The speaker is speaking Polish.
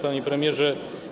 Panie Premierze!